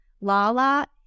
Lala